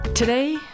Today